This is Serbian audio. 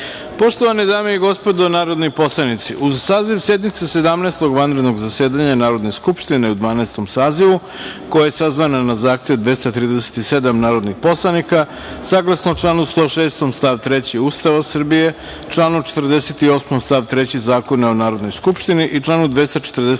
sazivu. Poštovane dame i gospodo narodni poslanici, uz saziv sednice Sedamnaestog vanrednog zasedanja Narodne skupštine u Dvanaestom sazivu, koja je sazvana na zahtev 237 narodnih poslanika, saglasno članu 106. stav 3. Ustava Srbije, članu 48. stav 3. Zakona o Narodnoj skupštini i članu 249.